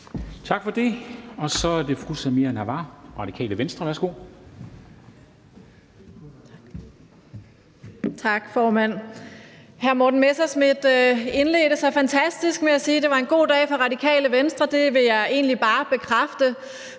Tak for det. Så er det fru Samira Nawa, Det Radikale Venstre. Værsgo. Kl. 13:34 (Ordfører) Samira Nawa (RV): Tak, formand. Hr. Morten Messerschmidt indledte så fantastisk med at sige, at det var en god dag for Det Radikale Venstre, og det vil jeg egentlig bare bekræfte.